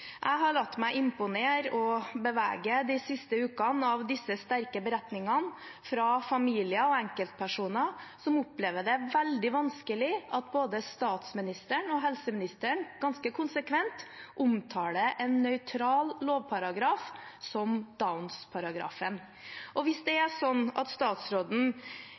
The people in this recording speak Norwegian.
Jeg har latt meg imponere og bevege de siste ukene av disse sterke beretningene fra familier og enkeltpersoner som opplever det veldig vanskelig at både statsministeren og helseministeren ganske konsekvent omtaler en nøytral lovparagraf som «downs-paragrafen». Hvis det er sånn at statsråden